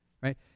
right